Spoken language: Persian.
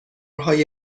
های